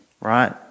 right